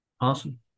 Awesome